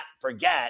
forget